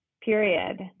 period